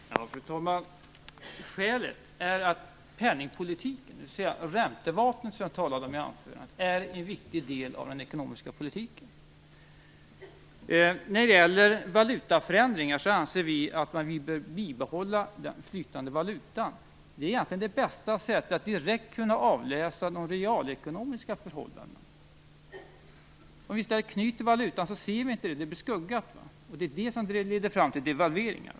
Fru talman! Skälet är att penningpolitiken, dvs. räntevapnet som jag talade om i anförandet, är en viktig del av den ekonomiska politiken. När det gäller valutaförändringar anser vi att vi bör bibehålla den flytande valutan. Det är egentligen det bästa sättet att direkt kunna avläsa de realekonomiska förhållandena. Om vi i stället knyter valutan ser vi inte riktigt. Det blir en skugga. Det är det som leder fram till devalveringar.